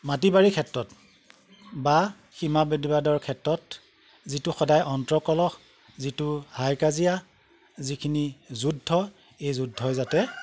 মাটি বাৰীৰ ক্ষেত্ৰত বা সীমাবিবাদৰ ক্ষেত্ৰত যিটো সদায় অন্তৰ্কল যিটো হাই কাজিয়া যিখিনি যুদ্ধ এই যুদ্ধই যাতে